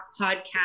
podcast